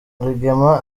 rugema